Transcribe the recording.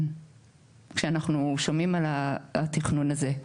כשאנחנו שומעים על התכנון הזה.